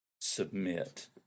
Submit